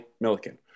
Milliken